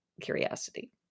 curiosity